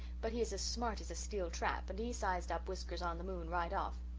but he is as smart as a steel trap, and he sized up whiskers-on-the-moon right off.